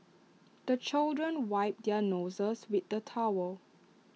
the children wipe their noses with the towel